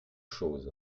chose